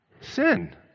Sin